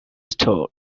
store